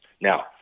Now